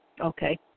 Okay